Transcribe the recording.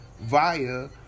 via